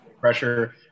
pressure